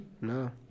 no